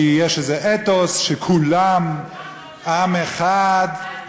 כי יש איזה אתוס שכולם עם אחד,